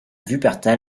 wuppertal